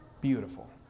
beautiful